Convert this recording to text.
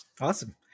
Awesome